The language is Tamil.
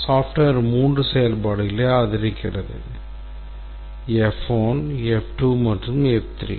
software மூன்று செயல்பாடுகளை ஆதரிக்கிறது f1 f2 மற்றும் f3